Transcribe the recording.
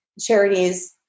charities